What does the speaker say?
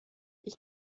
ich